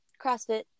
CrossFit